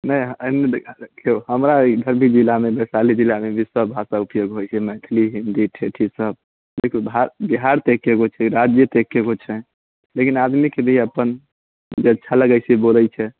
नहि एहिमे देखिऔ हमरा इधर वैशाली जिलामे सब भाषा उपयोग होइत छै मैथिली हिन्दी ठेठी सब देखिऔ भार बिहार तऽ एके गो छै राज्य तऽ एके गो छै लेकिन आदमीके लिए अपन जे अच्छा लगैत छै से बोलैत छै